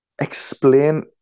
Explain